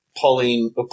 Pauline